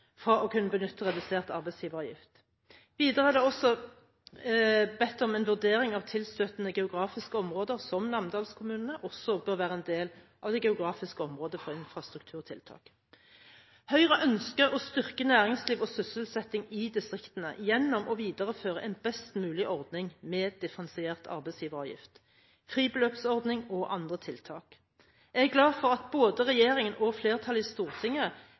fra å kunne benytte redusert arbeidsgiveravgift. Videre er det også bedt om en vurdering av om tilstøtende geografiske områder, som namdalskommunene, også bør være en del av det geografiske området for infrastrukturtiltak. Høyre ønsker å styrke næringsliv og sysselsetting i distriktene gjennom å videreføre en best mulig ordning med differensiert arbeidsgiveravgift, fribeløpsordning og andre tiltak. Jeg er glad for at både regjeringen og flertallet i Stortinget